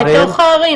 גם אנחנו מקבלים.